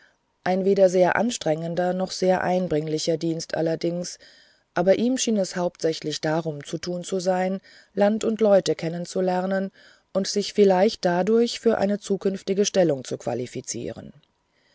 ein weder sehr anstrengender noch sehr einbringender dienst allerdings aber ihm schien es hauptsächlich darum zu tun zu sein land und leute kennen zu lernen und sich vielleicht dadurch für eine zukünftige anstellung zu qualifizieren